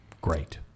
Great